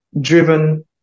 driven